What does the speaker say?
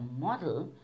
model